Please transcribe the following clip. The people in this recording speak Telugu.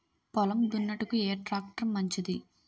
పొలం దున్నుటకు ఏ ట్రాక్టర్ మంచిది?